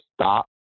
stop